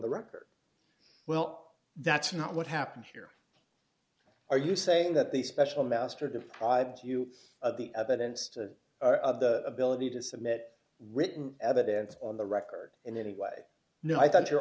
the record well that's not what happened here are you saying that the special master deprives you of the evidence to the ability to submit written evidence on the record and anyway no i thought your